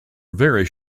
very